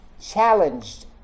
challenged